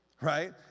right